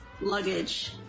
Luggage